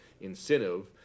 incentive